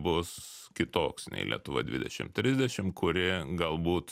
bus kitoks nei lietuva dvidešim trisdešim kuri galbūt